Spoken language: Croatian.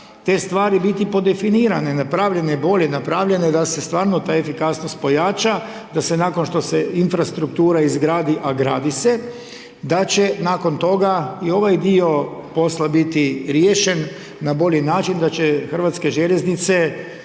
te stvari biti podefinirane, napravljene bolje, napravljene da se stvarno ta efikasnost pojača, da se nakon što se infrastruktura izgradi, a gradi se, da će nakon toga i ovaj dio posla biti riješen na bolji način, da će Hrvatske željeznice